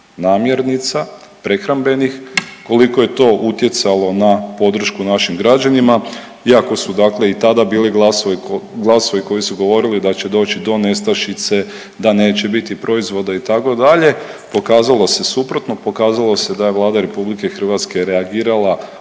namirnica prehrambenih koliko je to utjecalo na podršku našim građanima. Iako su dakle i tada bili glasovi, glasovi koji su govorili da će doći do nestašice, da neće biti proizvoda itd., pokazalo se suprotno, pokazalo se da je Vlada RH reagirala